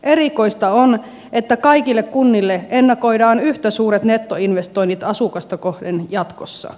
erikoista on että kaikille kunnille ennakoidaan yhtä suuret nettoinvestoinnit asukasta kohden jatkossa